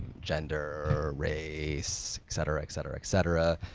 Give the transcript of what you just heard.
gender, race, et cetera, et cetera, et cetera,